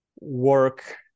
work